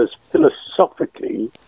philosophically